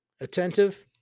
attentive